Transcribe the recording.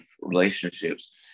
relationships